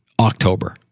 October